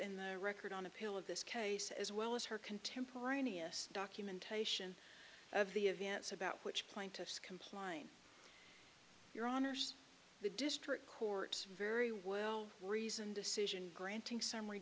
in the record on appeal of this case as well as her contemporaneous documentation of the events about which plaintiffs compline your honour's the district court's very well reasoned decision granting summary